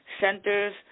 centers